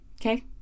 okay